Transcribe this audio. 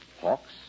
Hawks